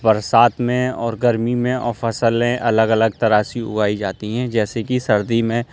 برسات میں اور گرمی میں اور فصلیں الگ الگ طرح سی اگائی جاتی ہیں جیسے کہ سردی میں